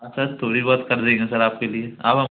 हाँ सर थोड़ा बहुत कर देंगे सर आपके लिए अब हम